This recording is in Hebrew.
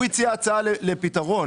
הוא הציע הצעה לפתרון.